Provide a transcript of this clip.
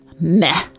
meh